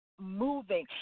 moving